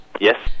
Yes